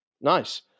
Nice